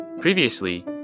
Previously